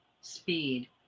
speed